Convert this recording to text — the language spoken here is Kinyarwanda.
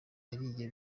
yariye